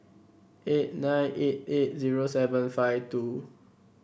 eight nine eight eight zero seven five two